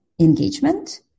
Engagement